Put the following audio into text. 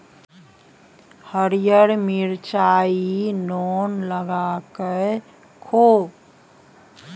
हरियर मिरचाई नोन लगाकए खो